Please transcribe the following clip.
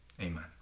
amen